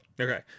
Okay